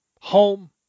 home